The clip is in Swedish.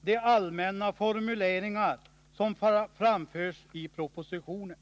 de allmänna 19 november 1980 formuleringar som framförs i propositionen.